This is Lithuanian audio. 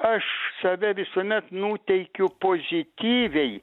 aš save visuomet nuteikiu pozityviai